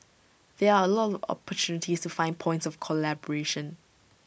there are A lot opportunities to find points of collaboration